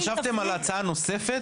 חשבתם על הצעה נוספת?